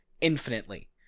infinitely